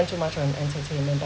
spend too much on entertainment but